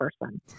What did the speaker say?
person